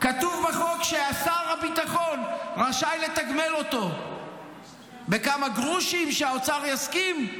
כתוב בחוק ששר הביטחון רשאי לתגמל אותו בכמה גרושים שהאוצר יסכים,